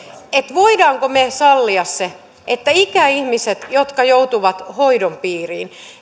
voimmeko me sallia sen ja onko se oikein että ikäihmiset jotka joutuvat hoidon piiriin